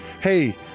Hey